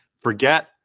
forget